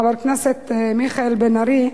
חבר הכנסת מיכאל בן-ארי,